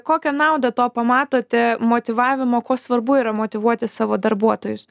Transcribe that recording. kokią naudą to pamatote motyvavimo kuo svarbu yra motyvuoti savo darbuotojus